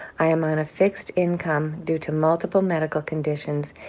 i am on a fixed income due to multiple medical conditions,